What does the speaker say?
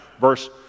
verse